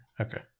Okay